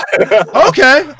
okay